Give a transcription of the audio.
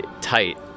tight